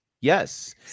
Yes